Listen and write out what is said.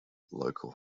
local